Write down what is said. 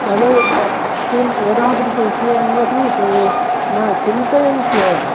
इत्यादयः तत् किम् एदादृशविषयाः अपि ते न चिन्तयन्त्येव